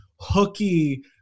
hooky